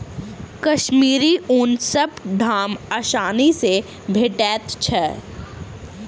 कश्मीरी ऊन सब ठाम आसानी सँ भेटैत छै